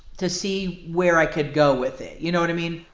to see where i could go with it. you know what i mean?